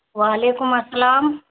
وعلیکم السلام